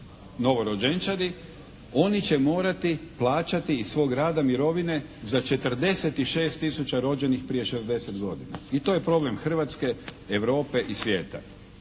novorođenčadi oni će morati plaćati iz svog rada mirovine za 46000 rođenih prije 60 godina i to je problem Hrvatske, Europe i svijeta